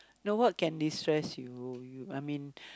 no what can destress you I mean